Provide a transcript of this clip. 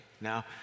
Now